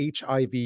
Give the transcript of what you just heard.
HIV